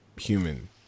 human